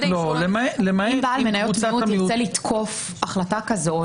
אם בעל מניות ירצה לתקוף החלטה כזו,